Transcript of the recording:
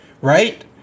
Right